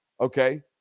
okay